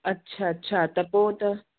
अच्छा अच्छा त पोइ त